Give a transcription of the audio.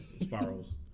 spirals